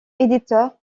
éditeur